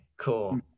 cool